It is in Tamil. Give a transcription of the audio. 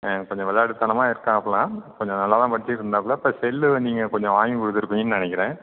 ஆ கொஞ்சம் விளையாட்டுத்தனமா இருக்காப்பில கொஞ்சம் நல்லாதான் படிச்சுட்டு இருந்தாப்பில இப்போ செல்லு நீங்கள் கொஞ்சம் வாங்கி கொடுத்துருப்பீங்கன்னு நினைக்கிறேன்